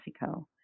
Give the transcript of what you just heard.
Mexico